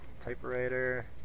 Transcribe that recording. Typewriter